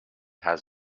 has